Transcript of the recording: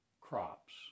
crops